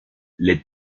les